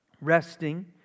resting